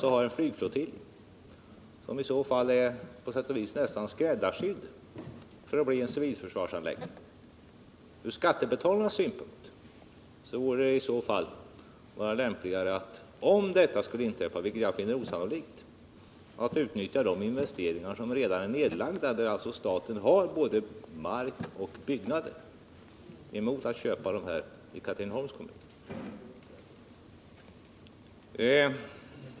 Där har vi en flygflottilj som i så fall är nästan skräddarsydd som civilförsvarsanläggning. Ur skattebetalarnas synpunkt borde det i så fall vara lämpligare — om detta skulle inträffa, vilket jag finner osannolikt — att utnyttja de investeringar som redan finns nedlagda och som innebär att staten har både mark och byggnader i stället för att göra sådana investeringar i Katrineholms kommun.